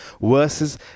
versus